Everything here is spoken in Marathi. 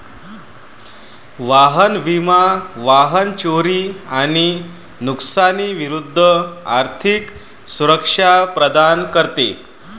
वाहन विमा वाहन चोरी आणि नुकसानी विरूद्ध आर्थिक सुरक्षा प्रदान करते